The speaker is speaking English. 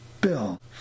Bill